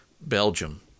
Belgium